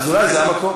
אז אולי זה המקום.